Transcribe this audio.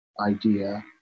idea